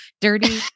dirty